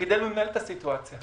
תפקידנו לנהל את הסיטואציה.